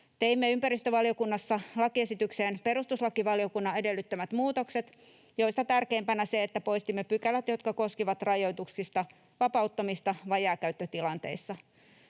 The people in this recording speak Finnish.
Teimme ympäristövaliokunnassa lakiesitykseen perustuslakivaliokunnan edellyttämät muutokset, joista tärkeimpänä se, että poistimme pykälät, jotka koskivat rajoituksista vapauttamista vajaakäyttötilanteissa.